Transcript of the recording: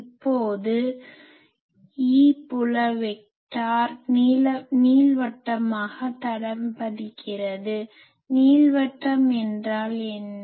இப்போது E புல vector நீள்வட்டமாக தடம் பதிக்கிறது நீள்வட்டம் என்றால் என்ன